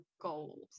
goals